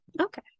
okay